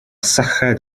syched